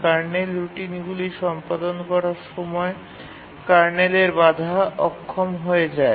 kernel রুটিনগুলি সম্পাদন করার সময় কার্নেলের বাধা অক্ষম হয়ে যায়